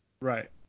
right